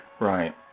Right